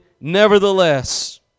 Nevertheless